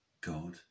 God